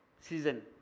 Season